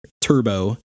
Turbo